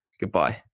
goodbye